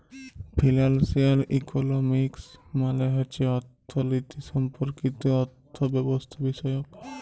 financial economics মালে হছে অথ্থলিতি সম্পর্কিত অথ্থব্যবস্থাবিষয়ক